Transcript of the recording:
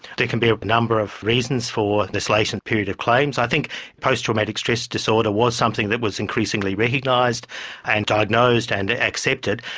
there can be a number of reasons for this latent period of claims. i think post-traumatic stress disorder was something that was increasingly recognised and diagnosed and accepted.